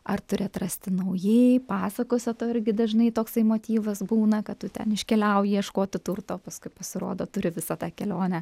ar turi atrasti naujai pasakose tau irgi dažnai toksai motyvas būna kad tu ten iškeliauji ieškoti turto o paskui pasirodo turi visą tą kelionę